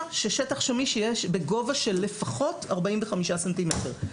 ששטח שמיש יהיה בגובה של לפחות 45 סנטימטרים.